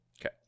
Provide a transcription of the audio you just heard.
Okay